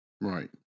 right